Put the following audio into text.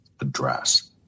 address